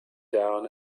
down